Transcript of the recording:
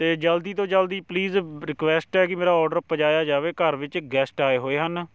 ਅਤੇ ਜਲਦੀ ਤੋਂ ਜਲਦੀ ਪਲੀਜ਼ ਰਿਕੁਐਸਟ ਹੈ ਕਿ ਮੇਰਾ ਔਡਰ ਪਜਾਇਆ ਜਾਵੇ ਘਰ ਵਿੱਚ ਗੈਸਟ ਆਏ ਹੋਏ ਹਨ